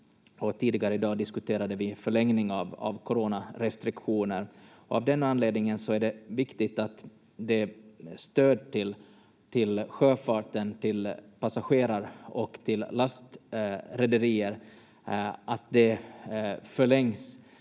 tidigare i dag diskuterade vi en förlängning av coronarestriktioner. Av den anledningen är det viktigt att stödet till sjöfarten, till passagerar- och till lastrederier, förlängs,